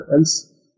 else